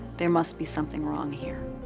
there must be something wrong here.